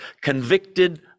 Convicted